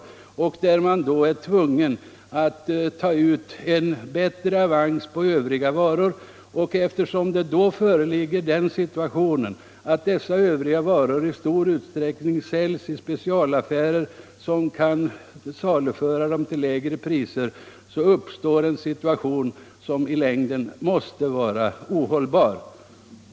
Där är man då tvungen att ta ut en bättre avans på övriga varor. Och eftersom dessa övriga varor i stor utsträckning säljs i specialaffärer, som kan saluföra dem till lägre priser, så uppstår en situation som i längden måste vara ohållbar. Herr talman!